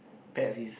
pet is